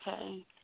Okay